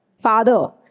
Father